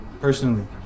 personally